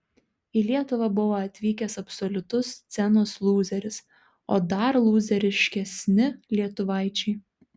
į lietuvą buvo atvykęs absoliutus scenos lūzeris o dar lūzeriškesni lietuvaičiai